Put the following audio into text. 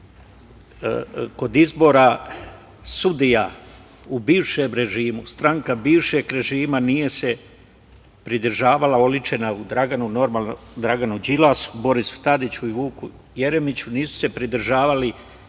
kod izbora sudija u bivšem režimu, stanka bivšeg režima nije se pridržavala oličena u Draganu Đilasu, Borisu Tadiću i Vuku Jeremiću, nisu se pridržavali